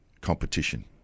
competition